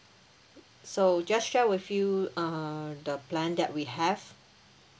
so just share with you uh the plan that we have